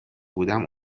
بودم